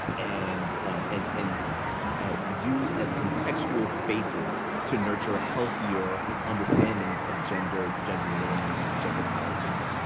and and and use as contextual spaces to nurture ah healthier understandings of gender, gender norms, gender politics?